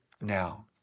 now